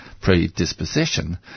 predisposition